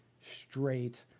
straight